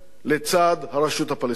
לצד הרשות הפלסטינית,